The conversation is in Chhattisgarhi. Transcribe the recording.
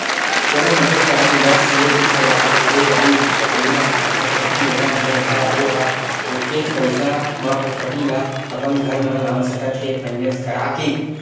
कोनो मनखे करन दस ले बीस हजार हे अउ ओला फटफटी लेना हे त ओ ह ओतकेच पइसा म फटफटी ल अपन घर म लान सकत हे फायनेंस करा के